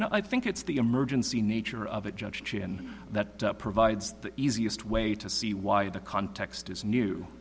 now i think it's the emergency nature of it judge chin that provides the easiest way to see why the context is new